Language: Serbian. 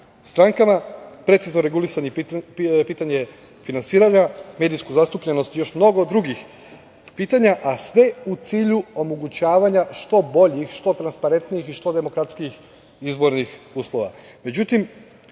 strankama, precizno regulisali pitanje finansiranja, medijsku zastupljenost i još mnogo drugih pitanja, a sve u cilju omogućavanja što boljih, što transparentnijih i što demokratskijim izbornih